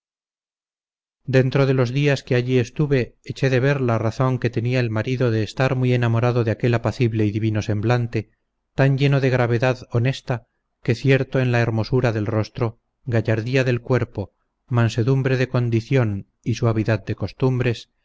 dentro de los días que allí estuve eché de ver la razón que tenía el marido de estar muy enamorado de aquel apacible y divino semblante tan lleno de gravedad honesta que cierto en la hermosura del rostro gallardía del cuerpo mansedumbre de condición y suavidad de costumbres